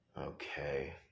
Okay